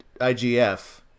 IGF